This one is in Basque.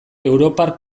europar